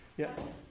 Yes